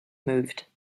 moved